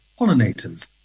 pollinators